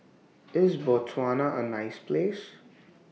IS Botswana A nice Place